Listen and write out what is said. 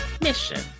Mission